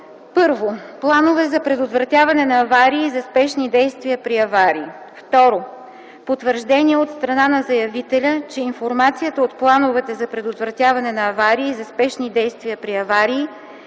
1. планове за предотвратяване на аварии и за спешни действия при аварии; 2. потвърждения от страна на заявителя, че информацията от плановете за предотвратяване на аварии и за спешни действия при аварии